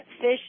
fish